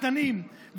קטנים,